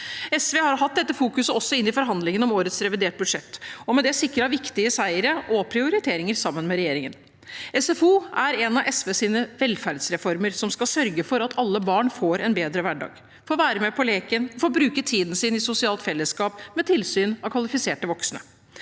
SV har hatt dette fokuset også i forhandlingene om årets reviderte budsjett – og med det sikret viktige seire og prioriteringer sammen med regjeringen. SFO er en av SVs velferdsreformer, som skal sørge for at alle barn får en bedre hverdag, får være med på leken og får bruke tiden sin i sosialt fellesskap med tilsyn av kvalifiserte voksne.